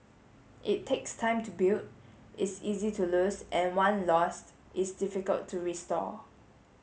it takes time to build is easy to lose and one lost is difficult to restore